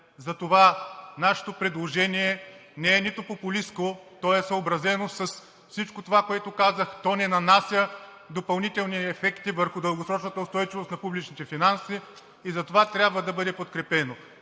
Затова нашето предложение не е популистко, то е съобразено с всичко това, което казах, то не нанася допълнителни ефекти върху дългосрочната устойчивост на публичните финанси и затова трябва да бъде подкрепено.